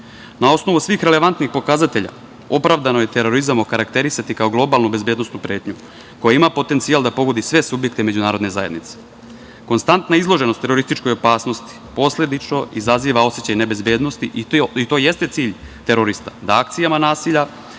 osnovu svih relevantnih pokazatelja opravdano je terorizam okarakterisati kao globalno bezbednosnu pretnju koja ima potencijal da pogodi sve subjekte međunarodne zajednice. Konstantna izloženost terorističkoj opasnosti posledično izaziva osećaj nebezbednosti i to jeste cilj terorista, da akcijama nasilja